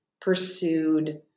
pursued